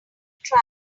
try